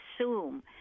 assume